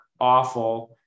awful